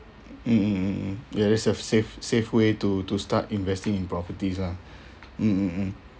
mm mm mm mm ya that's a safe safe way to to start investing in properties lah mm mm mm